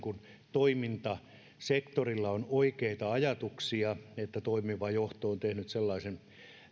toimintasektorilla on oikeita ajatuksia ja toimiva johto on tehnyt sellaisen